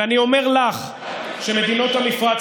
ואני אומר לך שמדינות המפרץ,